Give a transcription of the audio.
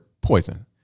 poison